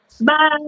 bye